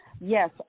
yes